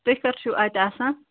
تُہۍ کر چھِو اَتہِ آسان